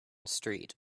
street